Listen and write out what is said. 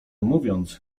mówiąc